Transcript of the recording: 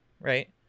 right